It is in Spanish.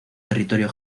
territorio